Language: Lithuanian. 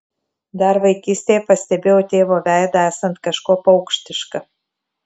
dar vaikystėje pastebėjau tėvo veidą esant kažkuo paukštišką